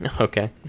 Okay